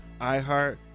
iHeart